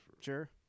sure